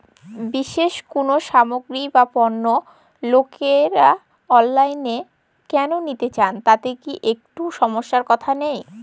বিশেষ কোনো সামগ্রী বা পণ্য লোকেরা অনলাইনে কেন নিতে চান তাতে কি একটুও সমস্যার কথা নেই?